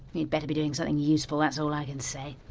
he? he'd better be doing something useful, that's all i can say.